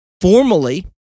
formally